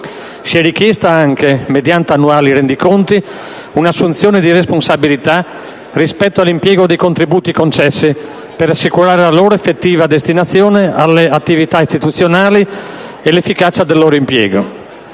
Si è richiesta anche, mediante annuali rendiconti, un'assunzione di responsabilità rispetto all'impiego dei contributi concessi, per assicurare la loro effettiva destinazione alle attività istituzionali e l'efficacia del loro impiego.